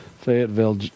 Fayetteville